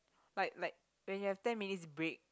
like like when you have ten minutes break